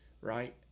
right